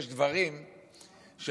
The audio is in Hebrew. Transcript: יש דברים שאנחנו,